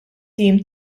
tim